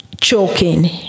choking